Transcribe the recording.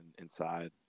inside